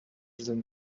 than